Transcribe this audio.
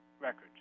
records